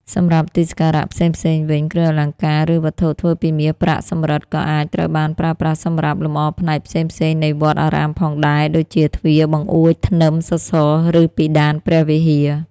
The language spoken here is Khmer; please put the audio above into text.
សម្រាប់ទីសក្ការៈផ្សេងៗវិញ គ្រឿងអលង្ការ ឬវត្ថុធ្វើពីមាស ប្រាក់ សំរឹទ្ធ ក៏អាចត្រូវបានប្រើប្រាស់សម្រាប់លម្អផ្នែកផ្សេងៗនៃវត្តអារាមផងដែរ ដូចជា ទ្វារ បង្អួច ធ្នឹម សសរ ឬពិដានព្រះវិហារ។